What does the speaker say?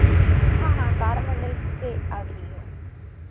हाँ हाँ तारामंडल के सीधे आगे ही है